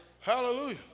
hallelujah